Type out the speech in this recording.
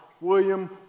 William